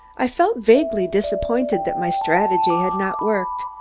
i felt vaguely disappointed that my strategy had not worked.